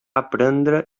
aprendre